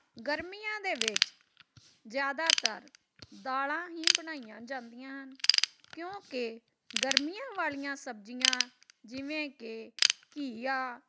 ਗਰਮੀਆਂ ਦੇ ਵਿੱਚ ਜ਼ਿਆਦਾਤਰ ਦਾਲਾਂ ਹੀ ਬਣਾਈਆਂ ਜਾਂਦੀਆਂ ਹਨ ਕਿਉਂਕਿ ਗਰਮੀਆਂ ਵਾਲੀਆਂ ਸਬਜ਼ੀਆਂ ਜਿਵੇਂ ਕਿ ਘਈਆ